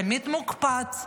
תמיד מוקפץ,